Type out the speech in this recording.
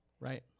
Right